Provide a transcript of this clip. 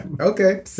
Okay